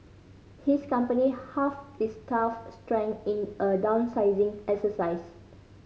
his company half its staff strength in a downsizing exercise